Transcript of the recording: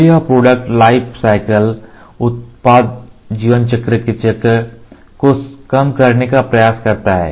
तो यह product life cycle product lifecycle उत्पाद जीवनचक्र के चक्र को कम करने का प्रयास करता है